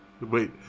wait